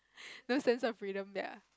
no sense of rhythm ya